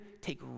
take